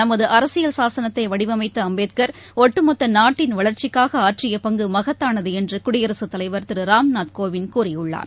நமதுஅரசியல் சாசனத்தைவடிவளமத்தஅம்பேத்கர் ஒட்டுமொத்தநாட்டின் வளர்ச்சிக்காகஆற்றியபங்குமகத்தானதுஎன்றுகுடியரசுத் தலைவர் திருராம்நாத் கோவிந்த் கூறியுள்ளார்